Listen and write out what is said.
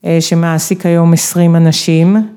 שמעסיק היום עשרים אנשים.